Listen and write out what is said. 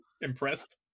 impressed